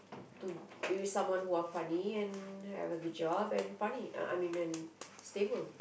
to be with someone more funny and have a good job and funny I I mean and stable